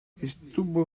estuvo